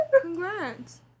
congrats